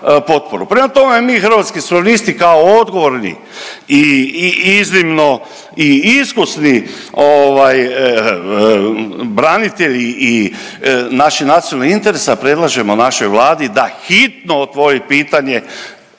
Prema tome, mi Hrvatski suverenisti kao odgovorni i iznimno i iskusni ovaj branitelji i naših nacionalnih interesa, predlažemo našoj Vladi da hitno otvori pitanje